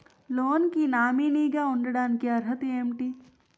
Loan కి nominee గా ఉండటానికి అర్హత ఏమిటి?